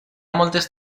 moltes